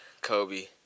Kobe